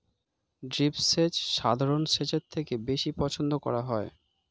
drip সেচ সাধারণ সেচের থেকে বেশি পছন্দ করা হয়